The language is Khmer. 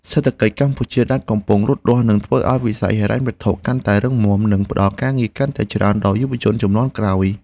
សេដ្ឋកិច្ចកម្ពុជាដែលកំពុងលូតលាស់នឹងធ្វើឱ្យវិស័យហិរញ្ញវត្ថុកាន់តែរឹងមាំ និងផ្តល់ការងារកាន់តែច្រើនដល់យុវជនជំនាន់ក្រោយ។